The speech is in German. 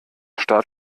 start